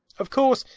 of course,